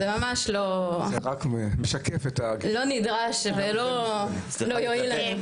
זה ממש לא נדרש ולא יועיל לנו.